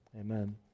Amen